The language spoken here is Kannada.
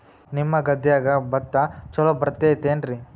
ನಿಮ್ಮ ಗದ್ಯಾಗ ಭತ್ತ ಛಲೋ ಬರ್ತೇತೇನ್ರಿ?